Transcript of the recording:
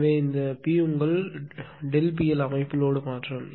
எனவே இந்த p உங்கள் ΔP L அமைப்பு லோடு மாற்றம்